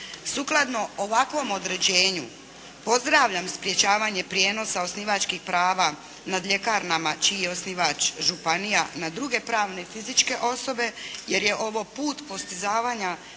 Sukladno ovakvom određenju pozdravljam sprječavanje prijenosa osnivačkih prava nad ljekarnama čiji je osnivač županija na druge pravne i fizičke osobe jer je ovo put postizavanja